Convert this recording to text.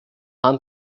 nicht